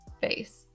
face